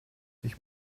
ich